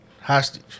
hostage